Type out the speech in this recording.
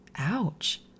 ouch